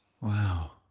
Wow